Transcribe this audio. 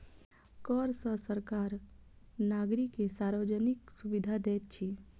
कर सॅ सरकार नागरिक के सार्वजानिक सुविधा दैत अछि